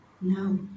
No